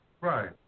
Right